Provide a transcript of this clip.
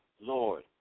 Lord